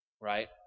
right